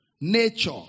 Nature